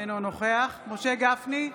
אינו נוכח משה גפני,